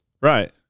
Right